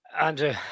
Andrew